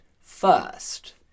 first